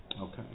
Okay